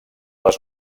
les